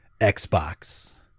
Xbox